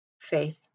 faith